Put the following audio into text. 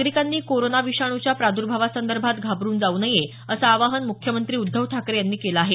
नागरिकांनी कोरोना विषाणूच्या प्रादर्भावासंदर्भात घाबरून जाऊ नये असं आवाहन मुख्यमंत्री उद्धव ठाकरे यांनी केलं आहे